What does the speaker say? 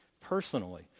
personally